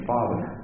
Father